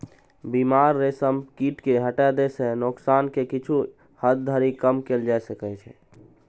बीमार रेशम कीट कें हटा दै सं नोकसान कें किछु हद धरि कम कैल जा सकै छै